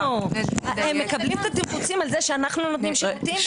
הם מקבלים את התמרוצים על זה שאנחנו נותנים שירותים.